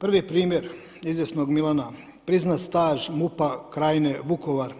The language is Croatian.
Prvi primjer izvjesnog Milana priznat staž MUP-a krajine Vukovar